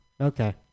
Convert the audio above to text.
Okay